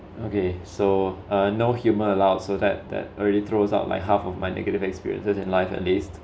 okay so uh no humor allowed so that that already throws out like half of my negative experiences in life at least